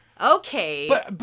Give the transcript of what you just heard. okay